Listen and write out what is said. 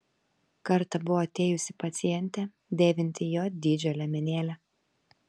kartą buvo atėjusi pacientė dėvinti j dydžio liemenėlę